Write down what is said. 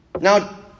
Now